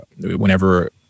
whenever